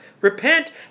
Repent